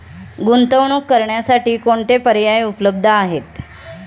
गुंतवणूक करण्यासाठी कोणते पर्याय उपलब्ध आहेत?